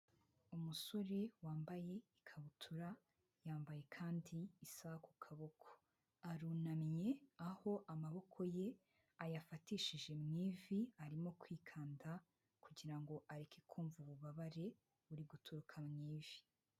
Umusore wambaye ikabutura, yambaye kandi isaha ku kaboko, arunamye aho amaboko ye ayafatishije mu ivi arimo kwikanda kugira ngo areke kumva ububabare buri guturuka mu ivi.